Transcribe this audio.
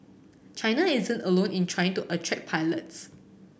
China isn't alone in trying to attract pilots